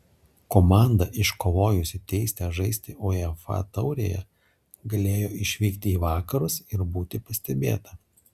komanda iškovojusi teisę žaisti uefa taurėje galėjo išvykti į vakarus ir būti pastebėta